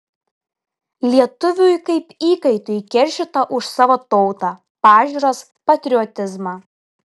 lietuviui kaip įkaitui keršyta už savo tautą pažiūras patriotizmą